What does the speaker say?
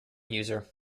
user